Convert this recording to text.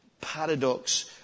paradox